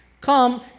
Come